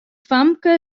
famke